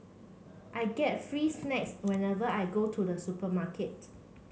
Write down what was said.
I get free snacks whenever I go to the supermarket